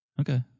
Okay